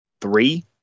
three